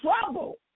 trouble